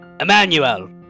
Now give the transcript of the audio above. Emmanuel